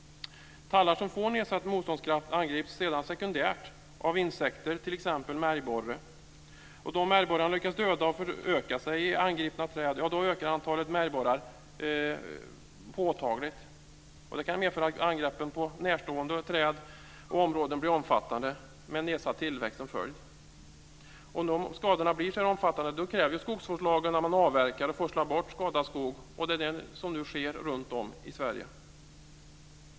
Tallar som får nedsatt motståndskraft angrips sedan sekundärt av insekter, t.ex. märgborrar. Om märgborrarna lyckas döda och föröka sig i angripna träd ökar antalet märgborrar påtagligt. Det kan medföra att angreppen på närstående träd och områden blir omfattande, med en nedsatt tillväxt som följd. Om skadorna blir omfattande krävs det i skogsvårdslagen att man avverkar och forslar bort skadad skog. Det är det som nu sker runtom i Sverige.